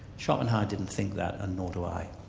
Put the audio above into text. schopenhauer didn't think that, and nor do i.